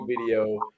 video –